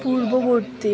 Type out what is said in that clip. পূর্ববর্তী